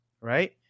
right